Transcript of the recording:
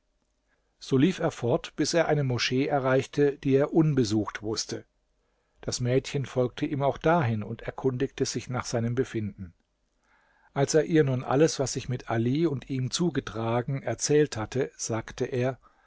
so lief er fort bis er eine moschee erreichte die er unbesucht wußte das mädchen folgte ihm auch dahin und erkundigte sich nach seinem befinden als er ihr nun alles was sich mit ali und ihm zugetragen erzählt hatte sagte er